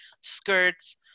skirts